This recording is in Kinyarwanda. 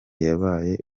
yabaye